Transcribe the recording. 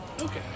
Okay